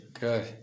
Good